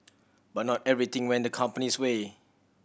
but not everything went the company's way